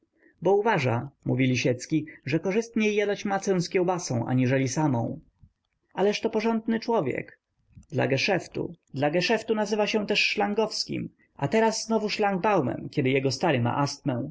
bo uważa mówi lisiecki że korzystniej jadać macę z kiełbasą aniżeli samą ależ to porządny człowiek dla geszeftu dla geszeftu nazywał się też szlangowskim a teraz znowu szlangbaumem kiedy jego stary ma